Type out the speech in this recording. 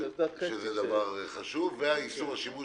ואיסור השימוש